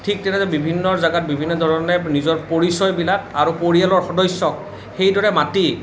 ঠিক তেনেদৰে বিভিন্ন জেগাত বিভিন্ন ধৰণে নিজৰ পৰিচয়বিলাক আৰু পৰিয়ালৰ সদস্য়ক সেইদৰে মাতি